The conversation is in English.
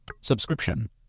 Subscription